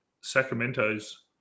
Sacramento's